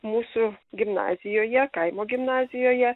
mūsų gimnazijoje kaimo gimnazijoje